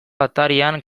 atarian